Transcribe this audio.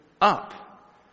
up